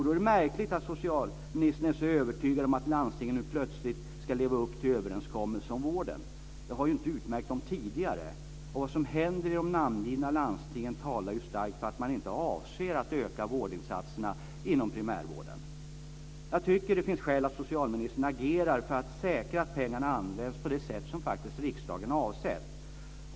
Då är det märkligt att socialministern är så övertygad om att landstingen nu plötsligt ska leva upp till överenskommelsen om vården. Det har ju inte utmärkt dem tidigare. Och vad som händer i de angivna landstingen talar ju starkt för att de inte avser att öka vårdinsatserna inom primärvården. Jag tycker att det finns skäl att socialministern agerar för att säkra att pengarna används på det sätt som riksdagen faktiskt har avsett.